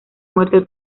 muerto